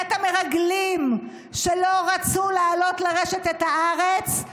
חטא המרגלים שלא רצו לעלות לרשת את הארץ.